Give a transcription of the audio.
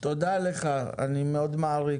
תודה לך, אני מאוד מעריך.